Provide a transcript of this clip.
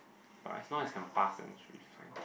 but as long as can pass then is should be fine